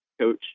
coach